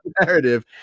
narrative